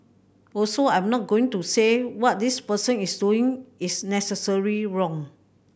also I'm not going to say what this person is doing is necessarily wrong